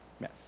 Yes